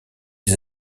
des